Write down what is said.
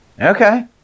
Okay